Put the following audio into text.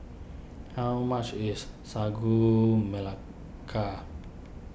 how much is Sagu Melaka